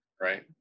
Right